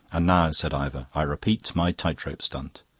and now, said ivor, i repeat my tight-rope stunt.